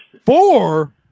Four